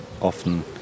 often